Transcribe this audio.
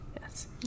Yes